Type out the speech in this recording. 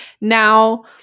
Now